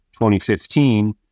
2015